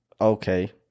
Okay